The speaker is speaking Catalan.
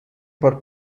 per